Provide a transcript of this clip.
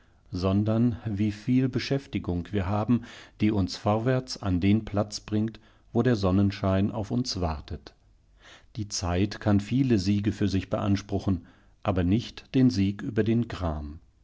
sondern wie viel beschäftigung wir haben die uns vorwärts an den platz bringt wo der sonnenschein auf uns wartet die zeit kann viele siege für sich beanspruchen aber nicht den sieg über den gram